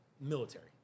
military